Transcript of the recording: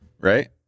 right